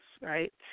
right